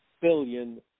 billion